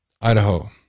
Idaho